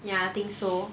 ya I think so